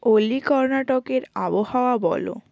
ওলি কর্ণাটকের আবহাওয়া বল